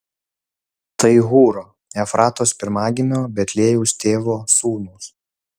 tai hūro efratos pirmagimio betliejaus tėvo sūnūs